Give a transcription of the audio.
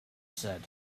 said